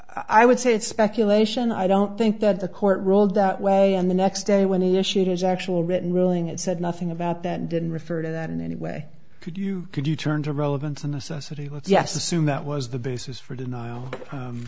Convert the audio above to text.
i would say it's speculation i don't think that the court ruled that way and the next day when he issued his actual written ruling it said nothing about that didn't refer to that in any way could you could you turn to relevance a necessity with yes assume that was the basis for denial